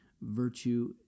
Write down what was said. virtue